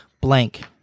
blank